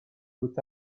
put